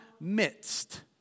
midst